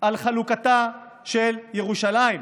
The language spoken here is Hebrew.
על חלוקתה של ירושלים.